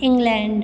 England